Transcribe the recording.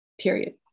period